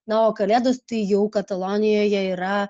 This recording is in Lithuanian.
na o kalėdos tai jau katalonijoje yra